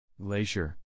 Glacier